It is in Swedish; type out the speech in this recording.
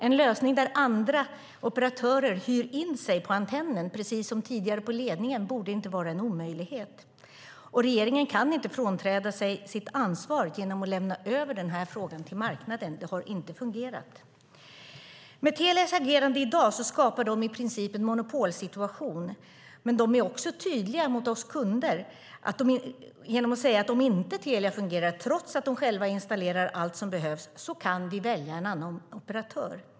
En lösning där andra operatörer hyr in sig på antennen, precis som tidigare på ledningen, borde inte vara en omöjlighet. Regeringen kan inte frånträda sig sitt ansvar genom att lämna över den här frågan till marknaden. Det har inte fungerat. Med sitt agerande i dag skapar Telia i princip en monopolsituation, men de är också tydliga mot oss kunder genom att säga att om inte Telia fungerar, trots att de själva installerar allt som behövs, kan vi välja en annan operatör.